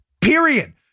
Period